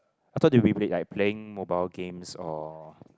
I thought they will like playing mobile games or